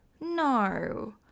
No